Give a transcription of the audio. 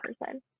person